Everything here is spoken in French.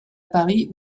paris